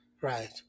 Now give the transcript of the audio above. Right